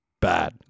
bad